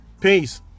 Peace